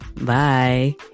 Bye